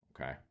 okay